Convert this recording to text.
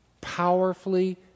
Powerfully